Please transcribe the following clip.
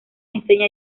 enseña